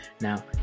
Now